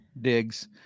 digs